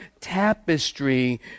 tapestry